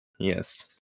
Yes